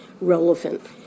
relevant